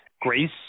Grace